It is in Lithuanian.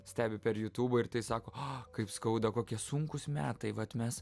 stebi per jutūbą ir tai sako o kaip skauda kokie sunkūs metai vat mes